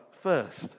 first